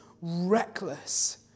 reckless